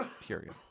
Period